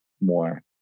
more